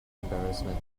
embarrassment